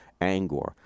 Angor